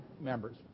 members